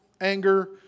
anger